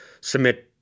submit